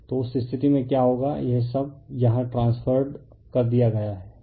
तो उस स्थिति में क्या होगा यह सब यहाँ ट्रांस्फेर्रेड कर दिया गया है